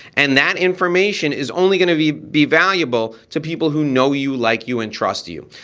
and that information is only gonna be be valuable to people who know you, like you and trust you.